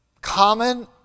common